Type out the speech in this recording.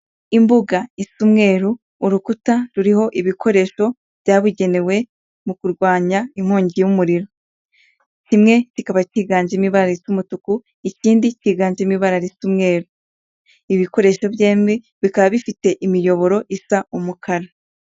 Imbuga isa umweru, urukuta ruriho ibikoresho byabugenewe mu kurwanya inkongi y'umuriro. Kimwe kikaba kiganjemo ibara risa umutuku, ikindi kiganjemo ibara risa umweru. Ibikoresho byombi bikaba bifite imiyoboro isa umukara.